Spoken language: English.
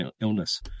illness